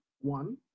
one